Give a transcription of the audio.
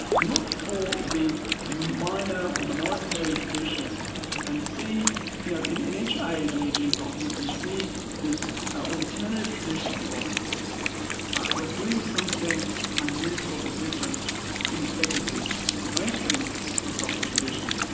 look for the minor or minoritarian tradition and see you know, in in each age, in each epoch, you can see this alternative tradition of philosophers who are doing something unusual or different in respectively more mainstream philosophical traditions,